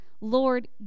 Lord